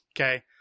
okay